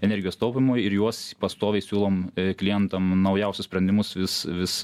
energijos taupymui ir juos pastoviai siūlom klientam naujausius sprendimus vis vis